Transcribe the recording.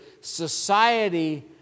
society